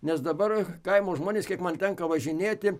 nes dabar kaimo žmonės kiek man tenka važinėti